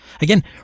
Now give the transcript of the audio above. Again